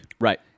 Right